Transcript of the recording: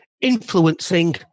influencing